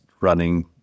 running